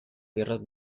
tierras